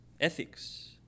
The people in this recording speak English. ethics